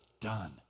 done